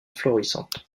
florissante